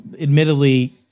admittedly